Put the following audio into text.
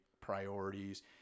priorities